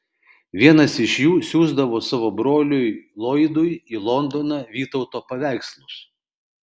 vienas iš jų siųsdavo savo broliui loydui į londoną vytauto paveikslus